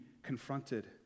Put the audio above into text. confronted